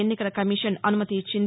ఎన్నికల కమిషన్ అనుమతి ఇచ్చింది